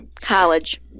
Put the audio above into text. College